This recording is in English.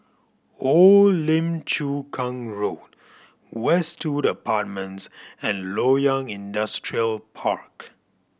Old Lim Chu Kang Road Westwood Apartments and Loyang Industrial Park